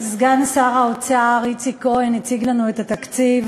סגן שר האוצר איציק כהן הציג לנו את התקציב,